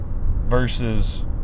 versus